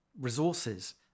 resources